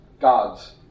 God's